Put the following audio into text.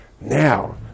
Now